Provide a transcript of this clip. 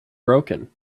broken